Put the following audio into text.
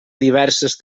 diverses